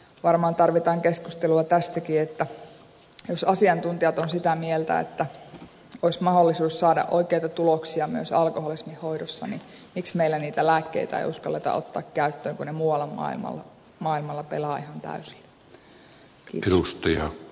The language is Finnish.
varmaan tarvitaan keskustelua tästäkin että jos asiantuntijat ovat sitä mieltä että olisi mahdollisuus saada oikeita tuloksia myös alkoholismin hoidossa niin miksi meillä niitä lääkkeitä ei uskalleta ottaa käyttöön kun ne muualla maailmalla pelaavat ihan täysillä